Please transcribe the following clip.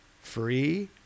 Free